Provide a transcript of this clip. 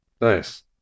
Nice